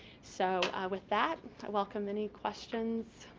so, with that i welcome any questions.